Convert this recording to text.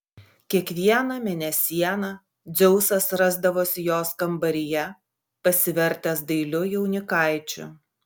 kiekvieną mėnesieną dzeusas rasdavosi jos kambaryje pasivertęs dailiu jaunikaičiu